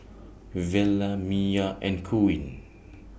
Vela Mya and Queen